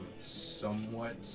somewhat